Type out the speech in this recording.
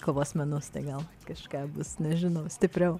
kovos menus tai gal kažką bus nežinau stipriau